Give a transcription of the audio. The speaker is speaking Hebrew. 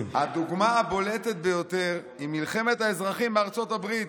הדוגמה הבולטת ביותר היא מלחמת האזרחים בארצות הברית,